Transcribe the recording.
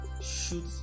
shoot